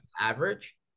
average